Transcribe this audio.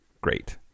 Great